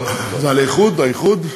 לא, על איחוד התקציבים?